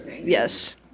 Yes